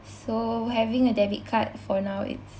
so having a debit card for now it's